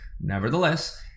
nevertheless